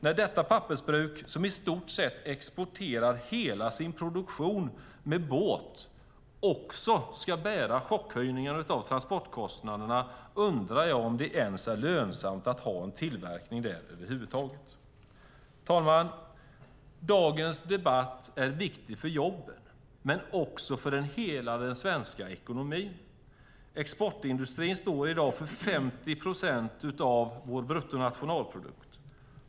När detta pappersbruk som exporterar i stort sett hela sin produktion med båt ska bära chockhöjningen av transportkostnaderna undrar jag om det över huvud taget är lönsamt att ha någon tillverkning där. Dagens debatt är viktig för jobben, men också för hela den svenska ekonomin. Exportindustrin står i dag för 50 procent av vår bruttonationalprodukt.